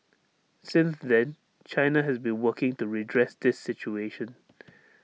since then China has been working to redress this situation